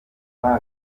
turya